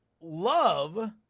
love